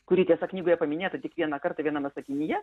kuri tiesa knygoje paminėta tik vieną kartą viename sakinyje